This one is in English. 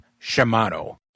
Shimano